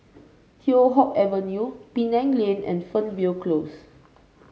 Teow Hock Avenue Penang Lane and Fernvale Close